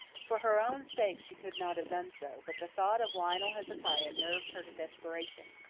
for her own sake she could not have done so, but the thought of lionel hezekiah nerved her to desperation.